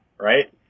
right